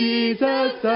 Jesus